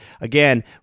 Again